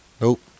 Nope